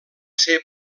ser